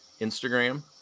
Instagram